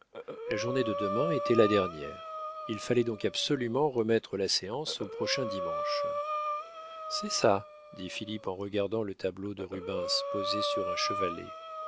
la journée de demain était la dernière il fallait donc absolument remettre la séance au prochain dimanche c'est ça dit philippe en regardant le tableau de rubens posé sur un chevalet